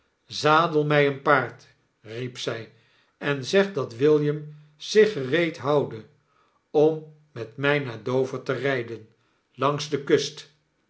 zadel my een paard riep zy en zeg dat william zich gereed houde om met mij naar dove r te ryden langs de kust